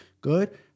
good